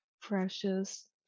precious